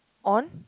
on